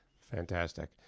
Fantastic